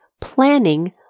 planning